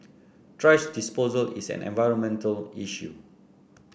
thrash disposal is an environmental issue